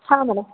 ಹಾಂ ಮೇಡಮ್